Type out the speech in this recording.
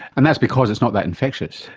and that's because it's not that infectious.